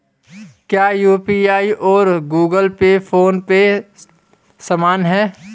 क्या यू.पी.आई और Google Pay PhonePe समान हैं?